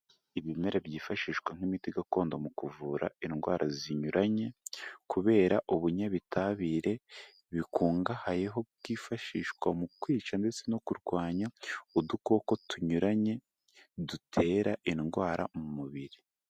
Ibimera byifashishwa nk'imiti gakondo mu kuvura indwara zinyuranye kubera ubunyabitabire bikungahayeho byifashishwa mu kwica ndetse no kurwanya udukoko tunyuranye dutera indwara mu mubiri.